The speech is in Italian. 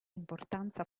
importanza